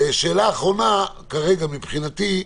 שאלה אחרונה כרגע מבחינתי,